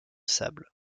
sable